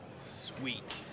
Sweet